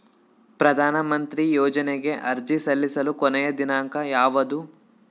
ಪ್ರಧಾನ ಮಂತ್ರಿ ಯೋಜನೆಗೆ ಅರ್ಜಿ ಸಲ್ಲಿಸಲು ಕೊನೆಯ ದಿನಾಂಕ ಯಾವದು?